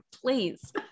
please